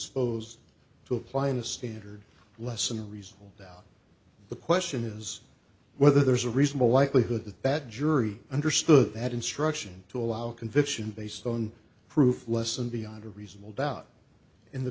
sposed to applying the standard lesson in reasonable doubt the question is whether there's a reasonable likelihood that that jury understood that instruction to allow conviction based on proof lesson beyond a reasonable doubt in the